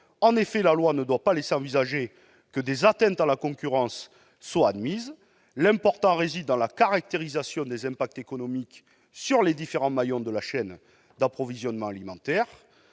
En effet, la loi ne doit pas laisser envisager que des atteintes à la concurrence soient admises. L'important réside dans la caractérisation des impacts économiques sur les différents maillons de la chaîne d'approvisionnement alimentaire.